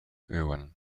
irwin